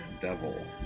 devil